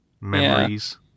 Memories